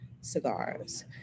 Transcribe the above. cigars